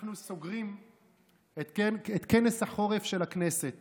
אנחנו סוגרים את כנס החורף של הכנסת